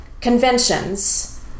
conventions